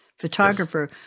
photographer